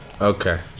Okay